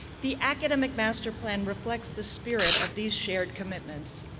the academic master plan reflects the spirit of these shared commitments.